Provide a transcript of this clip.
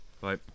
Bye